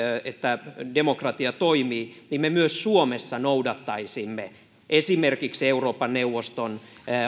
että demokratia toimii niin me myös suomessa noudattaisimme esimerkiksi euroopan neuvoston